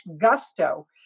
gusto